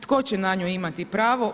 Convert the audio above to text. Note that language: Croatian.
Tko će na nju imati pravo?